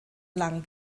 lang